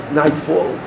nightfall